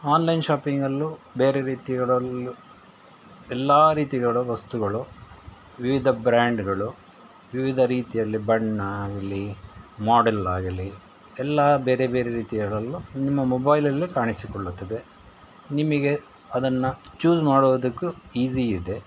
online ಶಾಪಿಂಗಲ್ಲೂ ಬೇರೆ ರೀತಿಗಳಲ್ಲೂ ಎಲ್ಲ ರೀತಿಗಳ ವಸ್ತುಗಳು ವಿವಿಧ ಬ್ರ್ಯಾಂಡ್ಗಳು ವಿವಿಧ ರೀತಿಯಲ್ಲಿ ಬಣ್ಣ ಆಗಲಿ ಮಾಡೆಲ್ ಆಗಲಿ ಎಲ್ಲ ಬೇರೆ ಬೇರೆ ರೀತಿಗಳಲ್ಲೂ ನಿಮ್ಮ ಮೊಬೈಲಲ್ಲೇ ಕಾಣಿಸಿಕೊಳ್ಳುತ್ತದೆ ನಿಮಗೆ ಅದನ್ನು ಚೂಸ್ ಮಾಡೋದಕ್ಕೂ ಈಸಿ ಇದೆ